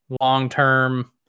long-term